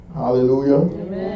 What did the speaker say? hallelujah